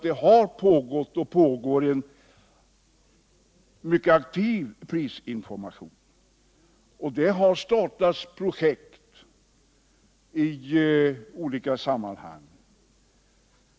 Det har pågått och pågår en mycket aktiv prisinformation. Projekt har startats i olika sammanhang.